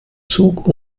zug